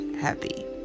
happy